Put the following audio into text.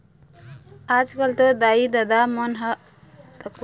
आजकल तो दाई ददा मन ह तको अपन लोग लइका मन ल ए.टी.एम धरा दे हवय